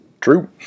true